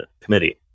committee